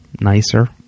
nicer